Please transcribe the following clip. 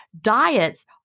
Diets